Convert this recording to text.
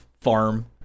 farm